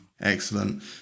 excellent